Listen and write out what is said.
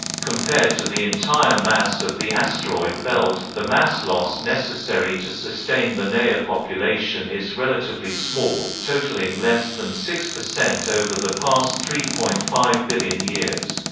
compared to the entire mass of the asteroid belt, the mass loss necessary to sustain the nea population is relatively small totalling less than six percent over the past three point five billion years.